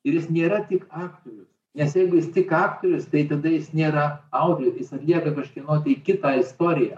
ir jis nėra tik aktorius nes jeigu jis tik aktorius tai tada jis nėra autorius jis atlieka kažkieno tai kito istoriją